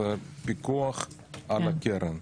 זה פיקוח על הקרן.